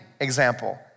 example